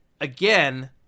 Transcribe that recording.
again